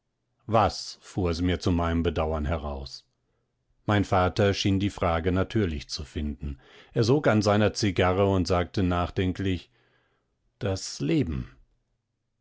was fuhr es mir zu meinem bedauern heraus mein vater schien die frage natürlich zu finden er sog an seiner zigarre und sagte nachdenklich das leben